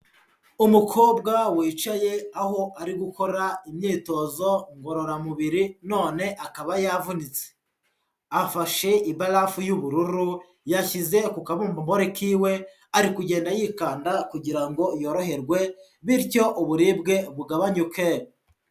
Umukobwa wicaye aho ari gukora imyitozo ngororamubiri none akaba yavunitse, afashe ibarafu y'ubururu yashyize ku kabumbambari kiwe, ari kugenda yikanda kugira ngo yoroherwe, bityo uburibwe bugabanyuke.